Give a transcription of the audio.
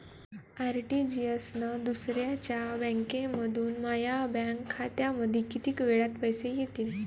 RTGS न दुसऱ्या बँकेमंधून माया बँक खात्यामंधी कितीक वेळातं पैसे येतीनं?